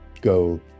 go